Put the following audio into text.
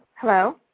Hello